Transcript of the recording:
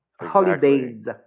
holidays